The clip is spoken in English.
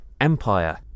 empire